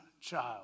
child